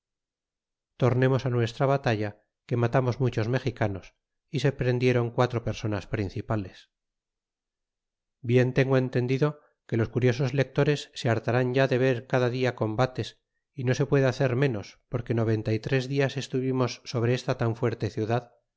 tornemos ti nuestra ba'alla que ma l arnos muchos mexicanos y se prendieron quatro personas principales bien tengo entendido que los curiosos lectores se hartarán ya de ver cada dia combates y no se puede hacer menos porque noventa y tres dias estuvimos sobre esta tan fuerte ciudad